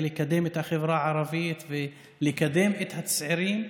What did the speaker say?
לקדם את החברה הערבית ולקדם את הצעירים.